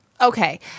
Okay